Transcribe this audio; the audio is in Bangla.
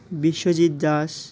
বিশ্বজিৎ দাস